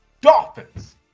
Dolphins